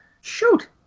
Shoot